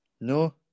No